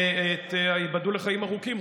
וייבדלו לחיים ארוכים,